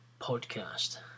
podcast